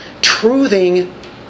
Truthing